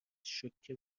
شوکه